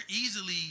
easily